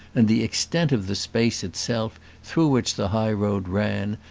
and the extent of the space itself through which the high road ran,